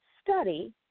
study